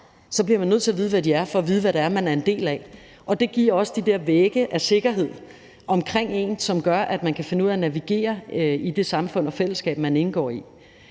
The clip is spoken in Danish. ej, bliver nødt til at vide, hvad de er, for at vide, hvad man er en del af. Og det giver også de der vægge af sikkerhed omkring en, som gør, at man kan finde ud af at navigere i det samfund og fællesskab, man indgår i.